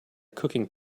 cooking